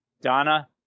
Donna